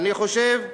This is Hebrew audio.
אני חושב שמחר,